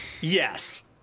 Yes